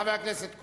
חבר הכנסת כהן,